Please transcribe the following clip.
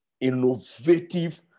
innovative